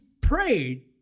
prayed